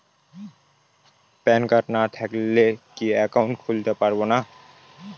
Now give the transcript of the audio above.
Pan card না থাকলে কি একাউন্ট খুলতে পারবো না?